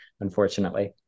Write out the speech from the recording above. unfortunately